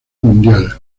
mundial